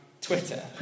Twitter